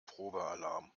probealarm